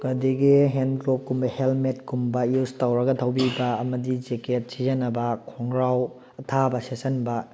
ꯑꯗꯒꯤ ꯍꯦꯟꯒ꯭ꯂꯣꯞꯀꯨꯝꯕ ꯍꯦꯟꯃꯦꯠꯀꯨꯝꯕ ꯌꯨꯁ ꯇꯧꯔꯒ ꯊꯧꯕꯤꯕ ꯑꯃꯗꯤ ꯖꯦꯀꯦꯠ ꯁꯤꯖꯤꯟꯅꯕ ꯈꯣꯡꯒ꯭ꯔꯥꯎ ꯑꯊꯥꯕ ꯁꯦꯠꯆꯟꯕ